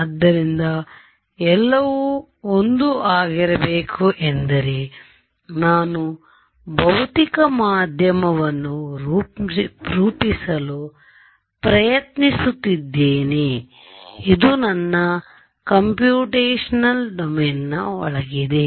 ಆದ್ದರಿಂದ ಎಲ್ಲವೂ 1 ಆಗಿರಬೇಕು ಏಕೆಂದರೆ ನಾನು ಭೌತಿಕ ಮಾಧ್ಯಮವನ್ನು ರೂಪಿಸಲು ಪ್ರಯತ್ನಿಸುತ್ತಿದ್ದೇನೆ ಇದು ನನ್ನ ಕಂಪ್ಯೂಟೇಶನಲ್ ಡೊಮೇನ್ನ ಒಳಗಿದೆ